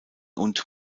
und